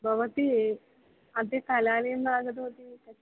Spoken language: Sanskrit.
भवती अद्य कलानीलयम् आगतवती कति